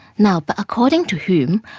now but according to hume,